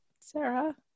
Sarah